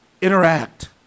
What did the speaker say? interact